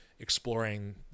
exploring